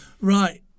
Right